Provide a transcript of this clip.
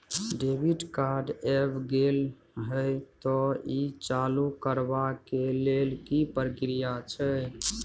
Debit card ऐब गेल हैं त ई चालू करबा के लेल की प्रक्रिया छै?